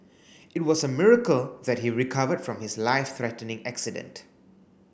it was a miracle that he recovered from his life threatening accident